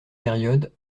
période